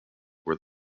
were